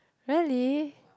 really